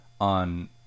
on